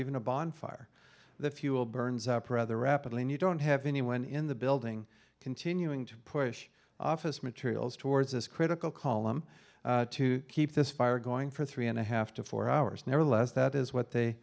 even a bonfire the fuel burns up rather rapidly and you don't have anyone in the building continuing to push office materials towards this critical column to keep this fire going for three and a half to four hours nevertheless that is what they